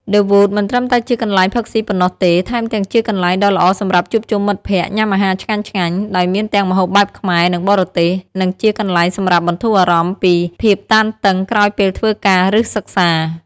ឌឹ វូត មិនត្រឹមតែជាកន្លែងផឹកស៊ីប៉ុណ្ណោះទេ ថែមទាំងជាកន្លែងដ៏ល្អសម្រាប់ជួបជុំមិត្តភក្តិ ញ៉ាំអាហារឆ្ងាញ់ៗ ដោយមានទាំងម្ហូបបែបខ្មែរ និងបរទេស និងជាកន្លែងសម្រាប់បន្ធូរអារម្មណ៍ពីភាពតានតឹងក្រោយពេលធ្វើការ ឬសិក្សា។